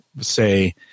say